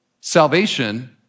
salvation